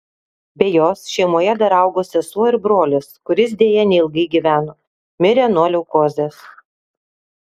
be jos šeimoje dar augo sesuo ir brolis kuris deja neilgai gyveno mirė nuo leukozės